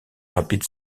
rapid